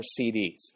CDs